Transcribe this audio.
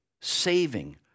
saving